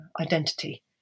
identity